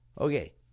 Okay